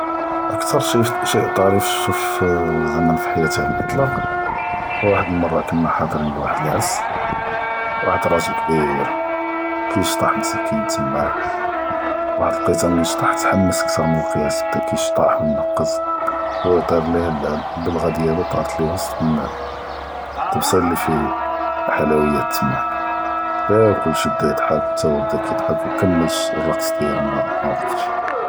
אקטאר שי שיא ט’ריף שפתו פ ז’עמה פ ח’ייאתי עלא אלאתלאק הוא וחד אלמרה כנא ח’אדרין לוחד אלערס, וחד אלר’ג’ל כ’באר כישתח מסיקין תמאק תח’מס כתר מן אלק’יאס, בדא כישתח ו ינק’ז ו יתיר ליה אלבלגה דיאלו, ת’ארת ליה ווסט אלאנס, אלטבסיל לי פיה אלח’לוויאת תמאק, ו כולי ש’י בדא, ח’תא הוא בדא כיד’ח’כ’ ו כמל אלרקס דיאלו, מא, מא ווקפש.